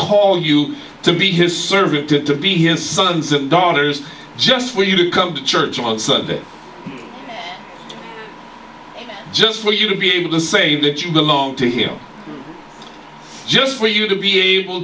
on you to be his servant to be his sons and daughters just for you to come to church on sunday just for you to be able to say that you belong to him just for you to be able